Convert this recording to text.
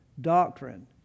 doctrine